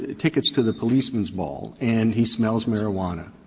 tickets to the policeman's ball, and he smells marijuana.